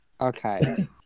Okay